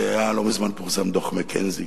לא מזמן פורסם דוח "מקינזי",